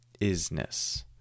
isness